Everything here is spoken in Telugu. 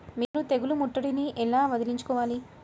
మీరు తెగులు ముట్టడిని ఎలా వదిలించుకోవాలి?